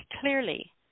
clearly